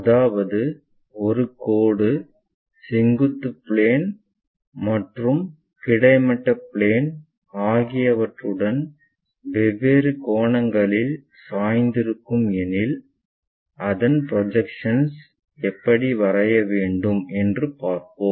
அதாவது ஒரு கோடு செங்குத்து பிளேன் மற்றும் கிடைமட்ட பிளேன் ஆகியவற்றுடன் வெவ்வேறு கோணங்களில் சாய்ந்திருக்கும் எனில் அதன் ப்ரொஜெக்ஷன் எப்படி வரைய வேண்டும் என்று பார்ப்போம்